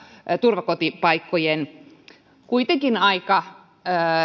turvakotipaikkojen kuitenkin aika